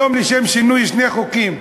היום לשם שינוי יש שני חוקים: